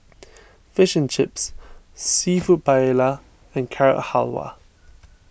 Fish and Chips Seafood Paella and Carrot Halwa